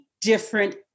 different